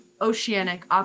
oceanic